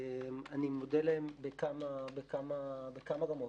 אני מודה להם בכמה רמות.